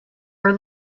are